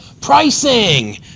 Pricing